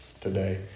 today